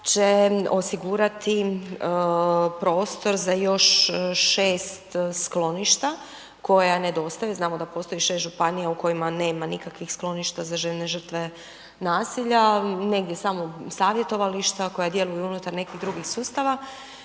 će osigurati prostor za još 6 skloništa koja nedostaju, znamo da postoji 6 županija u kojima nema nikakvih skloništa za žene žrtve nasilja. Negdje samo savjetovališta koja djeluju unutar nekih drugih sustava,